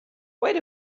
wait